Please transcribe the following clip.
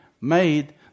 made